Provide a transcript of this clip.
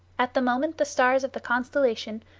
at the moment the stars of the constellation,